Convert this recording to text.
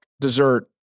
dessert